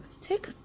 Take